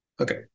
Okay